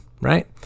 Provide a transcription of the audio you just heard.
right